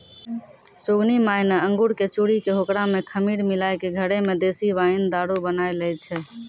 सुगनी माय न अंगूर कॅ चूरी कॅ होकरा मॅ खमीर मिलाय क घरै मॅ देशी वाइन दारू बनाय लै छै